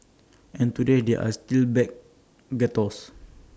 and today there are still black ghettos